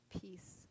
peace